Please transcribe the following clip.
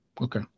Okay